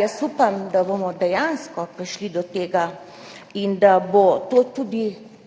Jaz upam, da bomo dejansko prišli do tega in da bo to tudi neko